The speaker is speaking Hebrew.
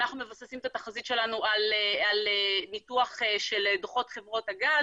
אנחנו מבססים את התחזית שלנו על ניתוח של דוחות חברות הגז.